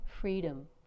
freedom